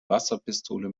wasserpistole